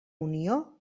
unió